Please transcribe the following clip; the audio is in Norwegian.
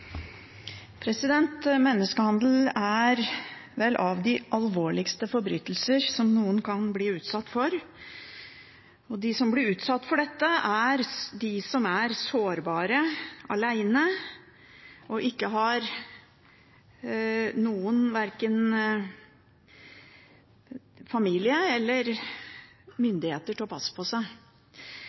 Menneskehandel er av de alvorligste forbrytelser som noen kan bli utsatt for, og de som blir utsatt for dette, er de som er sårbare, alene og ikke har noen – verken familie eller myndigheter – til å passe på seg.